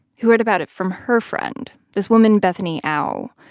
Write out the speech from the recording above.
who heard about it from her friend, this woman bethany ao,